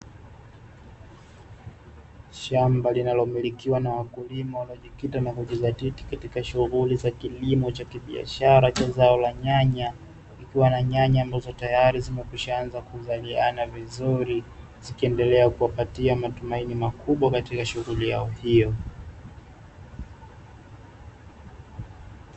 Shamba linalomilikiwa na wakulima wanaojikita na kujidhatiti katika shughuli za kilimo cha kibiashara cha zao la nyanya, ikiwa na nyanya ambazo tayari zimesha anza kuzaliana vizuri, zikiendelea kuwapatia matumaini makubwa katika shughuli yao hiyo.